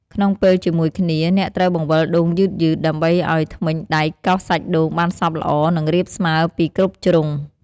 ក្នុងពេលជាមួយគ្នា អ្នកត្រូវបង្វិលដូងយឺតៗ ដើម្បីឱ្យធ្មេញដែកកោសសាច់ដូងបានសព្វល្អ និងរាបស្មើពីគ្រប់ជ្រុង។